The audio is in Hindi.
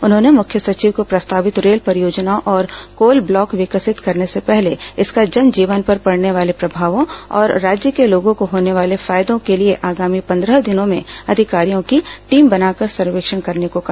उन्होंने मुख्य सचिव को प्रस्तावित रेल परियोजनाओं और कोल ब्लॉक विकसित करने से पहले इसका जन जीवन पर पड़ने वाले प्रभावों और राज्य के लोगों को होने वाले फायदों के लिए आगामी पंद्रह दिनों में अधिकारियों की टीम बनाकर सर्वेक्षण करने को कहा